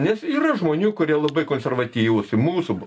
nes yra žmonių kurie labai konservatyvūs mūsų